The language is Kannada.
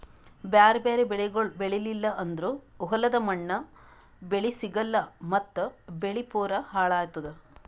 ಬ್ಯಾರೆ ಬ್ಯಾರೆ ಬೆಳಿಗೊಳ್ ಬೆಳೀಲಿಲ್ಲ ಅಂದುರ್ ಹೊಲದ ಮಣ್ಣ, ಬೆಳಿ ಸಿಗಲ್ಲಾ ಮತ್ತ್ ಬೆಳಿ ಪೂರಾ ಹಾಳ್ ಆತ್ತುದ್